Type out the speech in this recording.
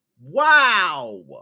wow